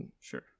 Sure